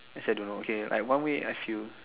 actually I don't know okay like one way I feel